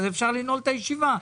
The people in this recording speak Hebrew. אז אפשר לנעול את הישיבה.